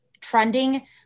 trending